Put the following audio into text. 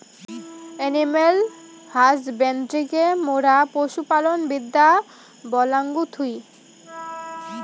animal হাসব্যান্ড্রিকে মোরা পশু পালন বিদ্যা বলাঙ্গ থুই